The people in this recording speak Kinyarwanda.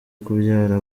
kubyara